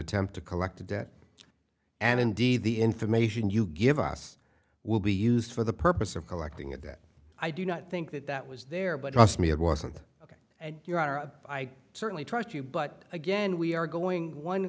attempt to collect a debt and indeed the information you give us will be used for the purpose of collecting it that i do not think that that was there but trust me it wasn't ok and your honor i certainly trust you but again we are going one